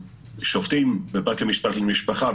השופטים בבית המשפט לענייני משפחה,